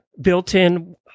built-in